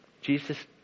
Jesus